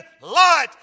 light